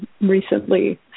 recently